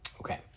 Okay